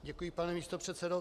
Děkuji, pane místopředsedo.